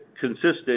consistent